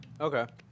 Okay